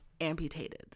amputated